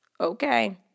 okay